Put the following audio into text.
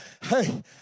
Hey